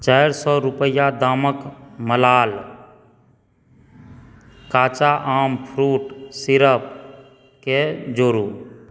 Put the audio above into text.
चारि सौ रुपैया दामक मलाल काचा आम फ्रूट सिरप के जोड़ू